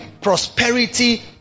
prosperity